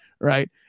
right